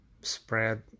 spread